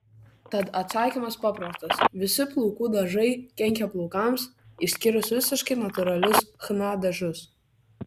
tad atsakymas paprastas visi plaukų dažai kenkia plaukams išskyrus visiškai natūralius chna dažus